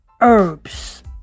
herbs